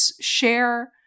share